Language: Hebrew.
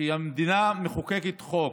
כשהמדינה מחוקקת חוק,